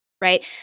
right